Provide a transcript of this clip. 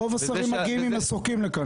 רוב השרים מגיעים לכאן עם מסוקים.